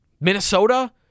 Minnesota